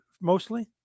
mostly